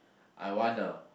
I want a